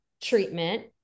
treatment